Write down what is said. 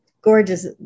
gorgeous